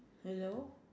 hello